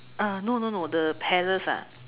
uh no no no the palace ah